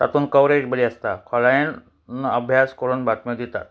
तातूंत कवरेज बरी आसता खोलायेन अभ्यास करून बातम्यो दितात